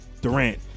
Durant